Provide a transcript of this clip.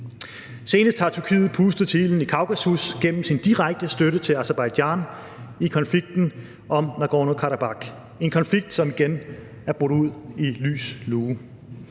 Senest har Tyrkiet pustet til ilden i Kaukasus gennem sin direkte støtte til Aserbajdsjan i konflikten om Nagorno-Karabakh – en konflikt, som igen er brudt ud i lys lue.